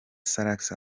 salax